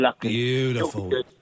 beautiful